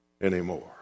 anymore